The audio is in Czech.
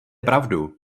pravdu